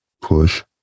Push